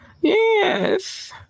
yes